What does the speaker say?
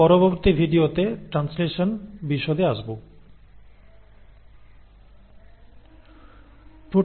পরবর্তী ভিডিওতে আমি ট্রানসলেশন বিশদে আলোচনা করব